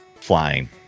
flying